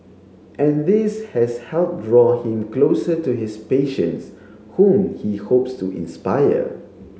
and this has helped draw him closer to his patients whom he hopes to inspire